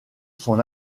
son